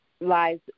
lies